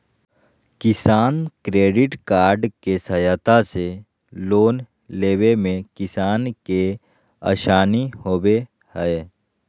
किसान credit card के सहायता से लोन लेवय मे किसान के आसानी होबय हय